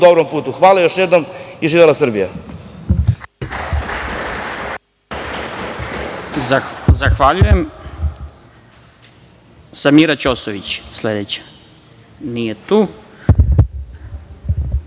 dobrom putu. Hvala još jednom i živela Srbija.